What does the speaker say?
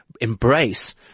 embrace